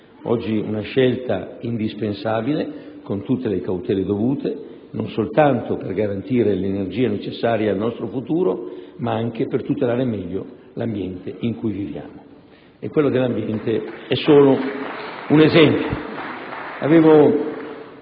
oggi una scelta indispensabile, con tutte le cautele dovute, non soltanto per garantire l'energia necessaria al nostro futuro, ma anche per tutelare meglio l'ambiente in cui viviamo, e quello dell'ambiente è solo un esempio.